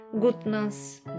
goodness